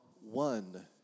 one